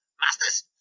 masters